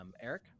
Eric